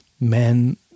men